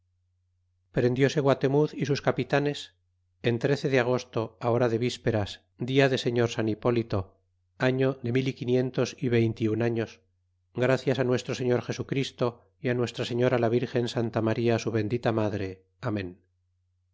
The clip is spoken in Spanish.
prendióse guatenutz y sus capitanes en trece de agosto hora de visperas dia de señor san hipólito año de mil y quinientos y veinte y un años gracias nuestro señor jesu christo y nuestra señora la virgen santa maria su bendita madre amen